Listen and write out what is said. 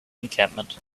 encampment